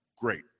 great